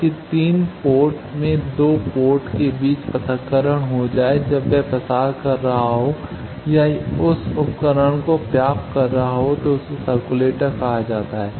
ताकि 3 पोर्ट में 2 पोर्ट के बीच प्रथककरण हो जाएं जब वह प्रसार कर रहा हो या उस उपकरण को प्राप्त कर रहा हो तो उसे सर्कुलेटर कहा जाता है